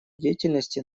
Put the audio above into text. деятельности